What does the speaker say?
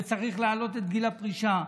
וצריך להעלות את גיל הפרישה,